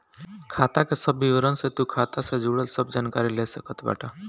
खाता के सब विवरण से तू खाता से जुड़ल सब जानकारी ले सकत बाटअ